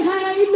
Hey